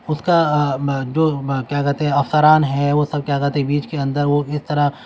اس کا جو کیا کہتے ہیں افسران ہیں وہ سب کیا کہتے ہیں بیچ کے اندر وہ اس طرح